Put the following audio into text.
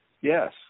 Yes